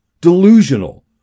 delusional